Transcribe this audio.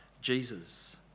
Jesus